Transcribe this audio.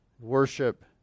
worship